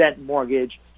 mortgage